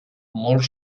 molt